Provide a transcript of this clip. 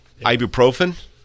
ibuprofen